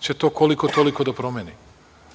će to koliko-toliko da promeni. Danas